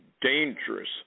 dangerous